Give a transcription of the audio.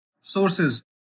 sources